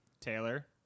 Taylor